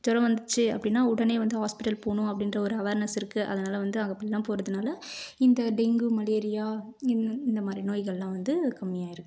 ஜுரம் வந்துச்சு அப்படின்னா உடனே வந்து ஹாஸ்பிடல் போகணும் அப்படின்ற ஒரு அவேர்னஸ் இருக்குது அதனால் வந்து அங்கே அப்படில்லாம் போகிறதுனால இந்த டெங்கு மலேரியா இந் இந்த மாதிரி நோய்கள்லாம் வந்து கம்மியாகிருக்குது